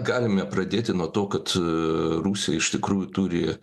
galime pradėti nuo to kad rusija iš tikrųjų turi